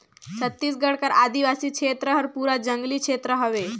छत्तीसगढ़ कर आदिवासी छेत्र हर पूरा जंगली छेत्र हवे